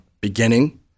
beginning